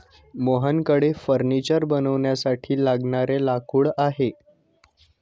मोहनकडे फर्निचर बनवण्यासाठी लागणारे लाकूड आहे